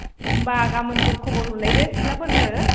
होमबा गाबोनफोर खबर हरलायदो सिख्लाफोरनो